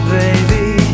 baby